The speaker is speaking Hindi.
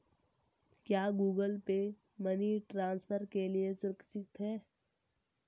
क्या गूगल पे मनी ट्रांसफर के लिए सुरक्षित है?